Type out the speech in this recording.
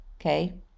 Okay